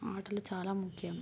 ఆటలు చాలా ముఖ్యం